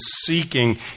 seeking